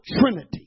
Trinity